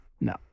No